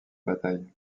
batailles